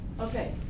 Okay